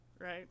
Right